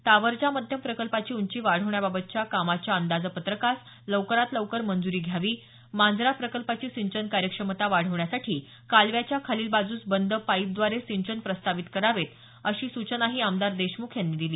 तावरजा मध्यम प्रकल्पाची उंची वाढवण्याबाबतच्या कामाच्या अंदाजपत्रकास लवकरात लवकर मंजूरी घ्यावी मांजरा प्रकल्पाची सिंचन कार्यक्षमता वाढवण्यासाठी कालव्याच्या खालील बाजूस बंद पाईपद्वारे सिंचन प्रस्तावित करावेत अशा सूचनाही आमदार देशमुख यांनी दिली